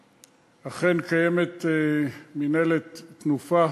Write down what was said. כמובן, ראש הממשלה התערב אישית,